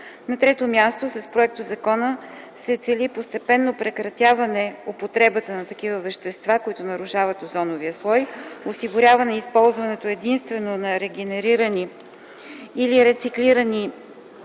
На трето място, с проектозакона се цели постепенно прекратяване употребата на такива вещества, които нарушават озоновия слой, осигуряване използването единствено на регенерирани или рециклирани